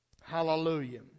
Hallelujah